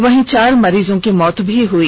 वहीं चार मरीजों की मौत भी हई